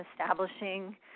establishing